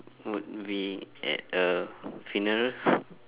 would be at a funeral